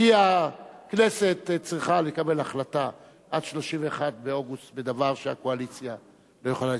כי הכנסת צריכה לקבל החלטה עד 31 באוגוסט בדבר שהקואליציה לא יכולה,